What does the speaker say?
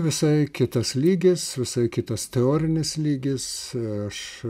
visai kitas lygis visai kitas teorinis lygis aš